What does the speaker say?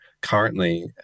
currently